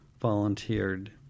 volunteered